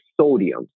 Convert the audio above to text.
sodium